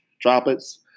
droplets